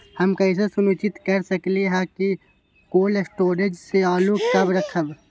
हम कैसे सुनिश्चित कर सकली ह कि कोल शटोर से आलू कब रखब?